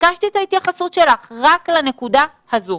ביקשתי את ההתייחסות שלך רק לנקודה הזו,